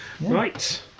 Right